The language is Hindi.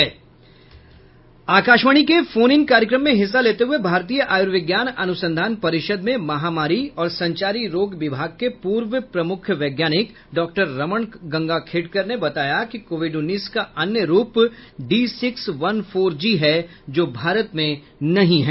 आकाशवाणी के फोन इन कार्यक्रम में हिस्सा लेते हुए भारतीय आयुर्विज्ञान अनुसंधान परिषद में महामारी और संचारी रोग विभाग के पूर्व प्रमुख वैज्ञानिक डॉक्टर रमण गंगाखेड़कर ने बताया कि कोविड उन्नीस का अन्य रूप D six one four G है जो भारत में नहीं है